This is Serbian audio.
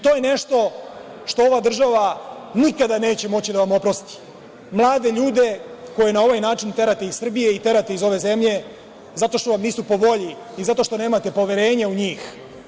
To je nešto što ova država nikada neće moći da vam oprosti, mlade ljude koje na ovaj način terate iz Srbije i terate iz ove zemlje, zato što vam nisu po volji i zato što nemate poverenja u njih.